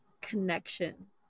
connection